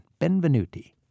benvenuti